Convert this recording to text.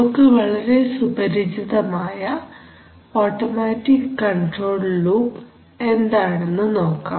നമുക്ക് വളരെ സുപരിചിതമായ ഓട്ടോമാറ്റിക് കൺട്രോൾ ലൂപ് എന്താണെന്ന് നോക്കാം